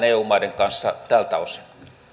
eu maiden kanssa enemmän yhteistoimintaa tältä osin